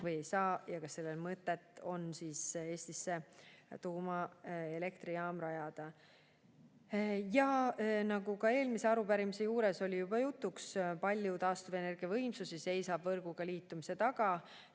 või ei saa ja kas on mõtet Eestisse tuumaelektrijaam rajada. Nagu eelmise arupärimise juures oli juba jutuks, palju taastuvenergiavõimsusi seisab võrguga liitumise taga.